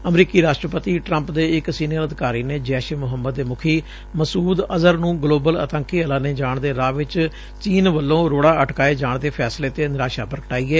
ਅਮਰੀਕੀ ਰਾਸਟਰਪਤੀ ਟਰੰਪ ਦੇ ਇਕ ਸੀਨੀਅਰ ਅਧਿਕਾਰੀ ਨੇ ਜੈਸ਼ ਏ ਮੁਹੰਮਦ ਦੇ ਮੁੱਖੀ ਮਸੂਦ ਅਜ਼ਹਰ ਨੂੰ ਗਲੋਬਲ ਆਤੰਕੀ ਐਲਾਨੇ ਜਾਣ ਦੇ ਰਾਹ ਵਿਚ ਚੀਨ ਵੱਲੋਂ ਰੋੜਾ ਅਟਕਾਏ ਜਾਣ ਦੇ ਫੈਸਲੇ ਤੇ ਨਿਰਾਸ਼ਾ ਪ੍ਰਗਟਾਈ ਏ